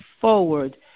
forward